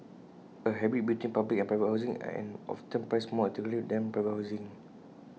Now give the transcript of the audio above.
A hybrid between public and private housing and often priced more attractively than private housing